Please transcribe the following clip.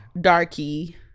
darky